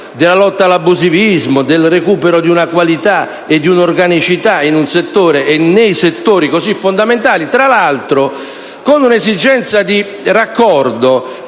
della lotta all'abusivismo, del recupero di una qualità e di un'organicità in settori così fondamentali, tra l'altro con l'esigenza di raccordo